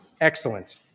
Excellent